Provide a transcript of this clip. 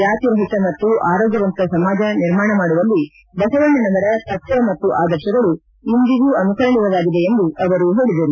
ಜಾತಿ ರಹಿತ ಮತ್ತು ಆರೋಗ್ಯವಂತ ಸಮಾಜ ನಿರ್ಮಾಣ ಮಾಡುವಲ್ಲಿ ಬಸವಣ್ಣನವರ ತತ್ವ ಮತ್ತು ಆದರ್ಶಗಳು ಇಂದಿಗೂ ಅನುಕರಣೀಯವಾಗಿದೆ ಎಂದು ಅವರು ಹೇಳಿದರು